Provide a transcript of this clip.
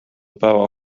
päeva